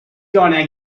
gonna